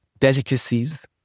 delicacies